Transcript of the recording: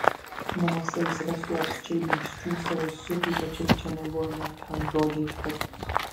namuose jis rastų apsčiai dingsčių savo siutui tačiau čia nebuvo net kam žodžio ištarti